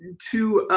to